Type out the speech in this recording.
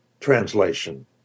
translation